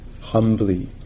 Humbly